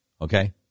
Okay